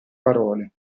parole